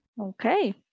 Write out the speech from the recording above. Okay